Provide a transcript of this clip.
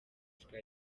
sky